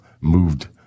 moved